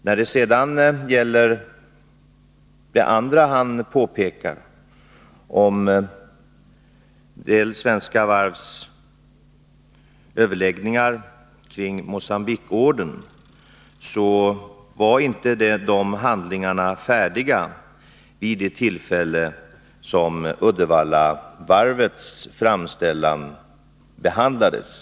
När det sedan gäller en annan sak som Birger Rosqvist pekar på — nämligen en del svenska varvs överläggningar med anledning av ordern till Mogambique — så var handlingarna i det fallet inte färdiga vid det tilfälle då Uddevallavarvets framställan behandlades.